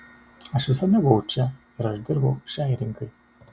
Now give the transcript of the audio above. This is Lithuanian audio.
aš visada buvau čia ir aš dirbau šiai rinkai